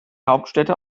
hauptstädte